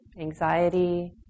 anxiety